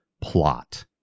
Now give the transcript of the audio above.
plot